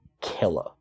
killer